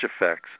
effects